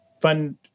fund